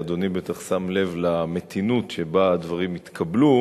ואדוני בטח שם לב למתינות שבה הדברים התקבלו,